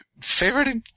favorite